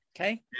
Okay